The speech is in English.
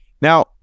Now